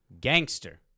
Gangster